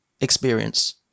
experience